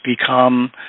become